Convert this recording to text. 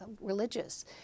religious